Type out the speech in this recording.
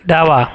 डावा